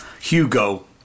Hugo